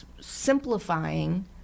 simplifying